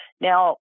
Now